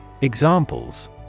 Examples